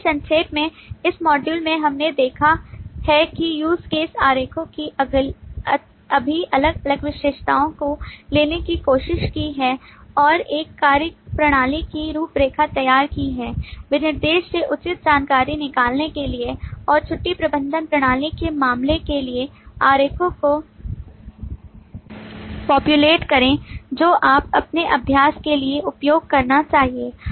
इसलिए संक्षेप में इस मॉड्यूल में हमने देखा है कि use case आरेखों की सभी अलग अलग विशेषताओं को लेने की कोशिश की है और एक कार्यप्रणाली की रूपरेखा तैयार की है विनिर्देश से उचित जानकारी निकालने के लिए और छुट्टी प्रबंधन प्रणाली के मामले के लिए आरेखों को पॉप्युलेट करें जो आप अपने अभ्यास के लिए उपयोग करना चाहिए